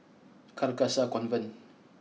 Carcasa Convent